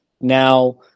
Now